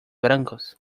blancos